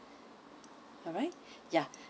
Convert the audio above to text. alright ya